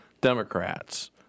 Democrats